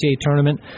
tournament